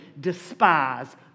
despise